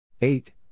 eight